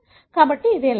కాబట్టి ఇదే లక్ష్యం